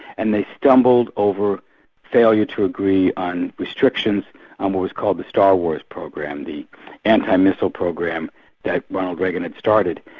and they stumbled over failure to agree on restrictions on what was called the star wars program, the anti-missile program that ronald reagan had started.